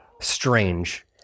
strange